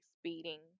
speeding